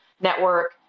network